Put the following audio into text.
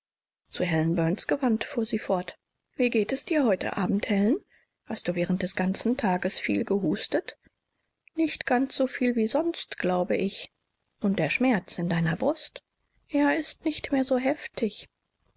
zu helen burns gewandt fuhr sie fort wie geht es dir heute abend helen hast du während des ganzen tages viel gehustet nicht ganz so viel wie sonst glaube ich und der schmerz in deiner brust er ist nicht mehr so heftig